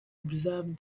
observe